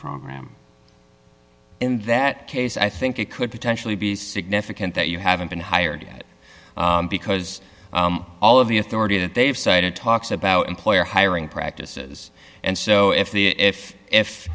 program in that case i think it could potentially be significant that you haven't been hired yet because all of the authority that they've cited talks about employer hiring practices and so if the if